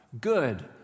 Good